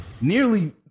nearly